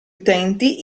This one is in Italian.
utenti